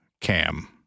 Cam